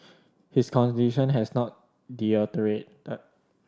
his condition has not deteriorated